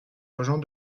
urgent